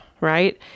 Right